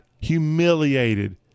humiliated